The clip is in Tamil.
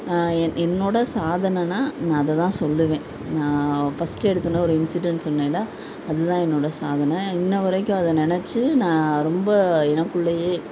நான் என் என்னோடய சாதனைனா நான் அதைதான் சொல்லுவேன் நான் ஃபஸ்ட்டு எடுத்தோடனே ஒரு இன்சிடெண்ட் சொன்னேன்ல அதுதான் என்னோடய சாதனை இன்றுவரைக்கும் அதை நினச்சி நான் ரொம்ப எனக்குள்ளேயே